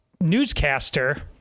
newscaster